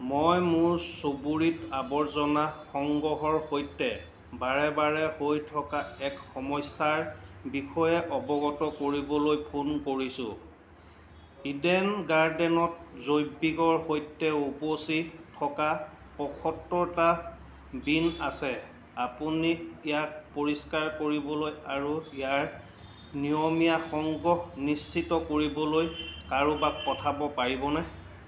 মই মোৰ চুবুৰীত আৱৰ্জনা সংগ্ৰহৰ সৈতে বাৰে বাৰে হৈ থকা এক সমস্যাৰ বিষয়ে অৱগত কৰিবলৈ ফোন কৰিছোঁ ইডেন গাৰ্ডেনত জৈৱিকৰ সৈতে উপচি থকা পয়সত্তৰটা বিন আছে আপুনি ইয়াক পৰিষ্কাৰ কৰিবলৈ আৰু ইয়াৰ নিয়মীয়া সংগ্ৰহ নিশ্চিত কৰিবলৈ কাৰোবাক পঠাব পাৰিবনে